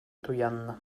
туяннӑ